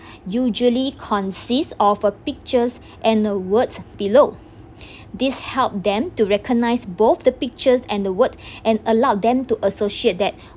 usually consists of a pictures and the words below this help them to recognise both the pictures and the word and allow them to associate that